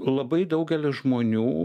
labai daugelis žmonių